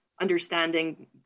understanding